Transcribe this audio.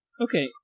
Okay